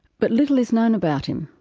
but little is known about him,